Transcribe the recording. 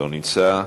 לא נמצא,